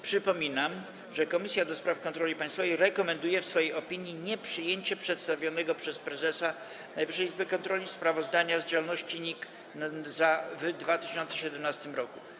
Przypominam, że Komisja do Spraw Kontroli Państwowej rekomenduje w swojej opinii nieprzyjęcie przedstawionego przez prezesa Najwyższej Izby Kontroli sprawozdania z działalności NIK w 2017 r.